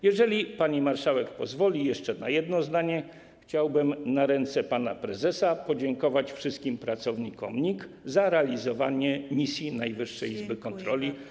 Jeżeli pani marszałek pozwoli jeszcze na jedno zdanie, to chciałbym na ręce pana prezesa złożyć podziękowania wszystkim pracownikom NIK za realizowanie misji Najwyższej Izby Kontroli.